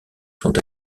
sont